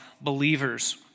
believers